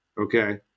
okay